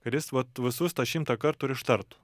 ir jis vat visus tą šimtą kartų ir ištartų